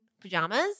pajamas